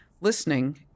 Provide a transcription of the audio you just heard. listening